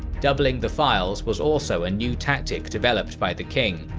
doubling the files was also a new tactic developed by the king,